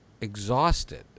exhausted